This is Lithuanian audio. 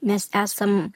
mes esam